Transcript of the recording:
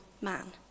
man